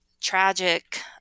tragic